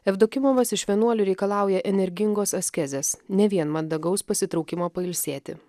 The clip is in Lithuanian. jevdokimovas iš vienuolių reikalauja energingos askezės ne vien mandagaus pasitraukimo pailsėti